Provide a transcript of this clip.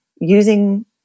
using